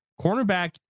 cornerback